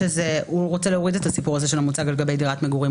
הוא רוצה להוריד את הסיפור הזה של "המוצג על גבי דירת מגורים".